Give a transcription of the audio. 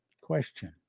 question